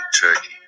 Turkey